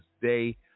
day